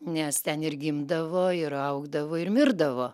nes ten ir gimdavo ir augdavo ir mirdavo